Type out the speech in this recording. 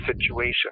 situation